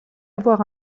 avoir